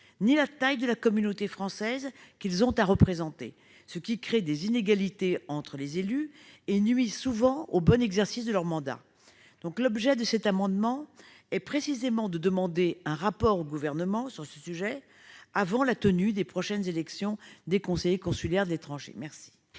-ni la taille de la communauté française qu'ils ont à représenter, ce qui crée des inégalités entre les élus et nuit souvent au bon exercice de leur mandat. Cet amendement a pour objet de demander un rapport au Gouvernement sur ce sujet avant la tenue des prochaines élections des conseillers consulaires de l'étranger. Quel